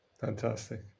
Fantastic